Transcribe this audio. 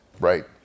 Right